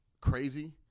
crazy